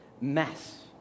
mess